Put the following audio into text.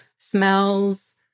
smells